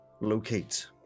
locate